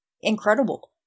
incredible